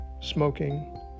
smoking